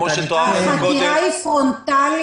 כמו שתואר קודם --- החקירה היא פרונטלית